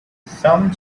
some